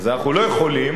אז אנחנו לא יכולים,